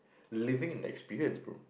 living in the experience bro